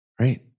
right